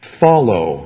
follow